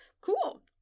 cool